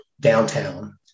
downtown